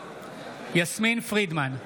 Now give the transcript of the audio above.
יסמין פרידמן,